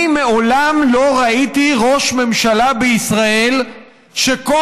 אני מעולם לא ראיתי ראש ממשלה בישראל שכל